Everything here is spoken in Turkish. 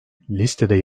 listede